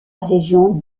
région